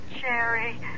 Jerry